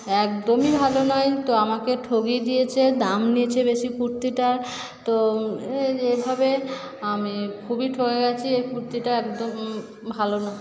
একদমই ভালো তো আমাকে ঠকিয়ে দিয়েছে দাম নিয়েছে বেশি কুর্তিটার তো এভাবে আমি খুবই ঠকে গেছি এই কুর্তিটা একদম ভালো না